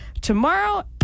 tomorrow